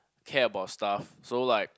care about stuff so like